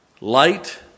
Light